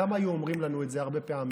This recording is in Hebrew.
כמה הם היו אומרים לנו את זה, הרבה פעמים,